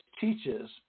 teaches